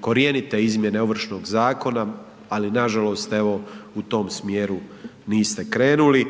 korjenite izmjene Ovršnog zakona, ali nažalost evo u tom smjeru niste krenili.